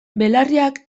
belarriak